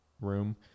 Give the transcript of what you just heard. room